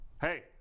Hey